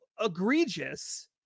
egregious